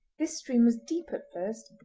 this stream was deep at first,